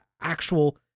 actual